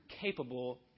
capable